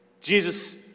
Jesus